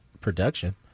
production